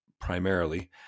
primarily